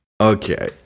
Okay